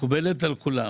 מקובלת על כולם,